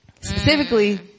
Specifically